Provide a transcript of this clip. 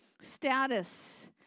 status